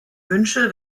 wünsche